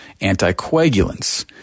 anticoagulants